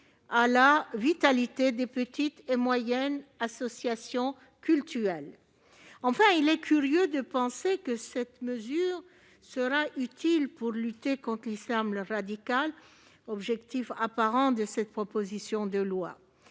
à la vitalité des petites et moyennes associations cultuelles. Enfin, il est curieux de penser que cette mesure sera utile pour lutter contre l'islam radical, objectif apparent de ce projet de loi.